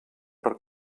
per